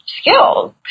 skills